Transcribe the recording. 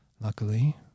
Luckily